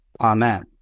Amen